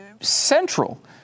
central